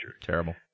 terrible